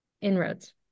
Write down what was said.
inroads